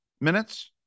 minutes